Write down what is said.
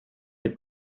the